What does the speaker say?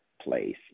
place